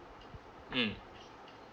mm